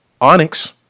Onyx